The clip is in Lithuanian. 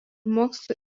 mokslo